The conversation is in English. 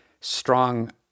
strong